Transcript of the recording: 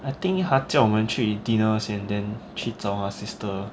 I think 他叫我们去 dinner 先 then 去找他 sister